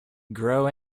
grow